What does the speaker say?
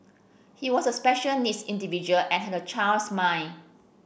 he was a special needs individual and had a child's mind